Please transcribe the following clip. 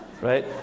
right